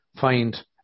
find